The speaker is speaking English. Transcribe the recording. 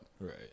Right